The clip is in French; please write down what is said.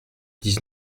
dix